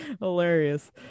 hilarious